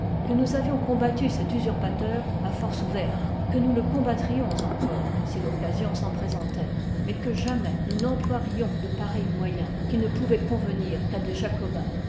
que nous avions combattu cet usurpateur à force ouverte que nous le combattrions encore si l'occasion s'en présentoit mais que jamais nous n'emy ploierions de pareils moyens qui ne pouvoient convenir qu'à des jacobins